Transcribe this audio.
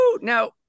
Now